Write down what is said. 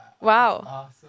wow